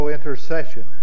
Intercession